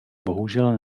bohužel